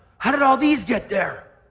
how did all these get there?